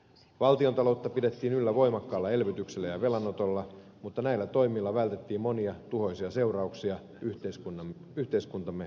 valtiontaloutta pidettiin yllä voimakkaalla elvytyksellä ja velanotolla mutta näillä toimilla vältettiin monia tuhoisia seurauksia yhteiskuntamme perusrakenteisiin